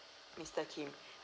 mister kim